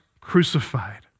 crucified